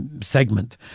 segment